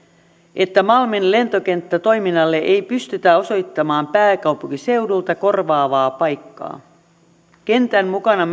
että malmin lentokenttätoiminnalle ei pystytä osoittamaan pääkaupunkiseudulta korvaavaa paikkaa kentän mukana